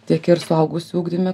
tiek ir suaugusių ugdyme